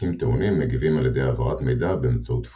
חלקיקים טעונים מגיבים על ידי העברת מידע באמצעות פוטונים.